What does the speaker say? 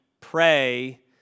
pray